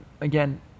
again